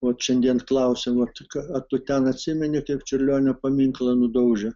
vat šiandien klausia vat ar tu ten atsimeni kaip čiurlionio paminklą nudaužė